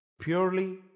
purely